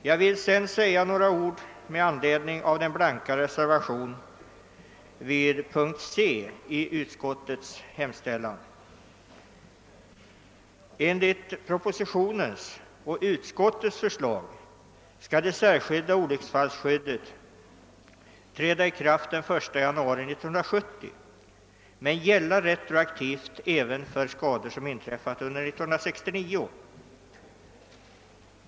Jag vill sedan säga några ord med anledning av den blanka reservationen vid punkten C i utskottets hemställan. Enligt propositionen och utskottsutlåtandet skall det särskilda olycksfallsskyddet träda i kraft den 1 januari 1970 men gälla retroaktivt även för skador som inträffat under 1969.